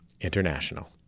International